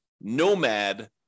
nomad